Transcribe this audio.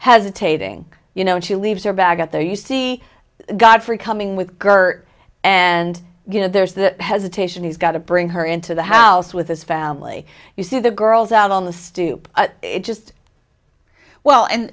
a taping you know and she leaves her bag out there you see godfrey coming with gert and you know there's that hesitation he's got to bring her into the house with his family you see the girls out on the stoop just well and